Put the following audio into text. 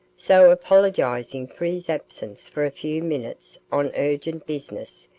so apologising for his absence for a few minutes on urgent business,